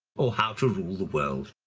or how to rule the world.